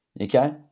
okay